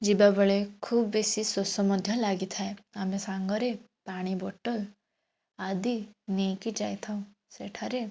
ଯିବାବେଳେ ଖୁବ ବେଶୀ ଶୋଷ ମଧ୍ୟ ଲାଗିଥାଏ ଆମେ ସାଙ୍ଗରେ ପାଣି ବୋଟଲ୍ ଆଦି ନେଇକି ଯାଇଥାଉ ସେଠାରେ